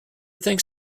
think